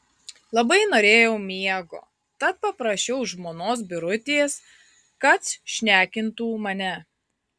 labai norėjau miego tad paprašiau žmonos birutės kad šnekintų mane